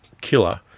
killer